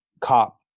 COP